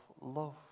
love